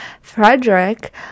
Frederick